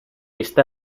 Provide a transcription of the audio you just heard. está